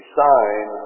sign